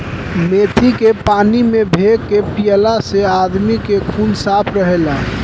मेथी के पानी में भे के पियला से आदमी के खून साफ़ रहेला